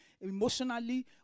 emotionally